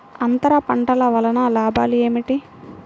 అంతర పంటల వలన లాభాలు ఏమిటి?